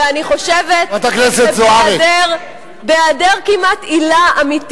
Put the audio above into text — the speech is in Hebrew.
ואני חושבת שבהיעדר, חברת הכנסת זוארץ.